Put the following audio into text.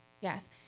yes